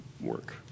work